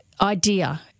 idea